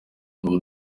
ubu